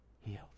healed